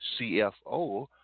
CFO